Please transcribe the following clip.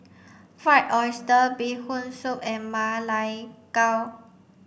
fried oyster bee hoon soup and Ma Lai Gao